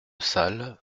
salle